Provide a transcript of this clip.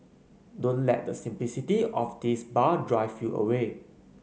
don't let the simplicity of this bar drive you away